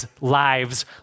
lives